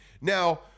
Now